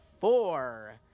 four